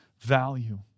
value